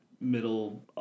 middle